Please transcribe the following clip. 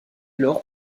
lors